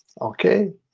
Okay